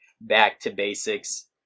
back-to-basics